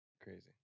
Crazy